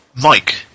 Mike